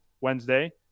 Wednesday